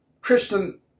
Christian